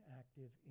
active